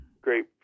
great